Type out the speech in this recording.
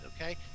okay